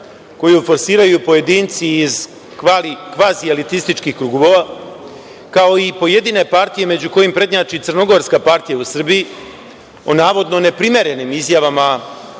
koju forsiraju pojedinci iz kvazielitističkih krugova, kao i pojedine partije među kojim prednjači crnogorska partija u Srbiji, o navodno neprimerenim izjavama